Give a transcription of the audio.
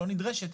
לא נדרשת,